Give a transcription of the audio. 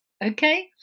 Okay